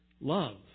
love